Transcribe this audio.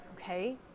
okay